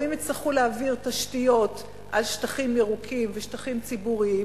או אם יצטרכו להעביר תשתיות על שטחים ירוקים ושטחים ציבוריים,